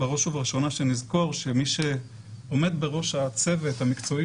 בראש ובראשונה שנזכור שמי שעומד בראש הצוות המקצועי